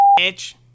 bitch